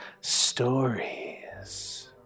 Stories